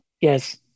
Yes